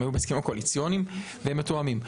הם היו בהסכמים הקואליציוניים והם מתואמים.